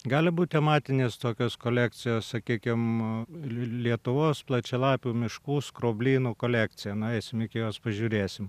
gali būt tematinės tokios kolekcijos sakykim lietuvos plačialapių miškų skroblynų kolekcija nueisim iki jos pažiūrėsim